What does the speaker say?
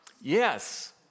Yes